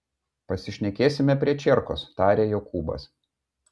pasišnekėsime prie čierkos tarė jokūbas